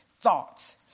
thoughts